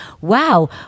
wow